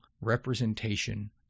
representation